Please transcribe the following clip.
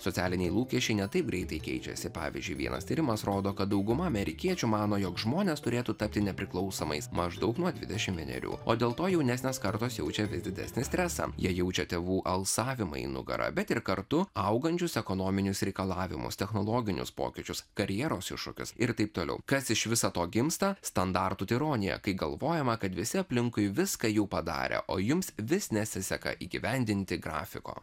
socialiniai lūkesčiai ne taip greitai keičiasi pavyzdžiui vienas tyrimas rodo kad dauguma amerikiečių mano jog žmonės turėtų tapti nepriklausomais maždaug nuo dvidešimt vienerių o dėl to jaunesnės kartos jaučia vis didesnį stresą jie jaučia tėvų alsavimą į nugarą bet ir kartu augančius ekonominius reikalavimus technologinius pokyčius karjeros iššūkius ir taip toliau kas iš viso to gimsta standartų tironija kai galvojama kad visi aplinkui viską jau padarė o jums vis nesiseka įgyvendinti grafiko